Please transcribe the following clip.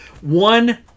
One